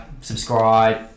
subscribe